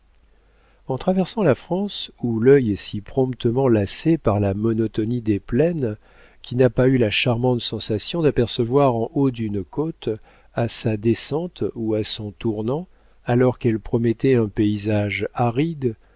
en traversant la france où l'œil est si promptement lassé par la monotonie des plaines qui n'a pas eu la charmante sensation d'apercevoir en haut d'une côte à sa descente ou à son tournant alors qu'elle promettait un paysage aride